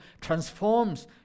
transforms